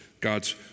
God's